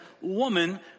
woman